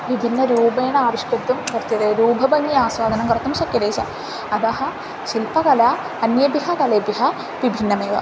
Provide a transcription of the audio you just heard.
विभिन्नरूपेण आविष्कर्तुं शक्यते रूपाणि आस्वादनं कर्तुं शक्यते च अतः शिल्पकला अन्येभ्यः कलाभ्यः विभिन्नमेव